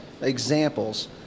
examples